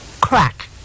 crack